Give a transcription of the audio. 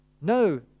No